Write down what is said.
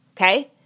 Okay